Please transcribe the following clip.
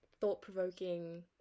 thought-provoking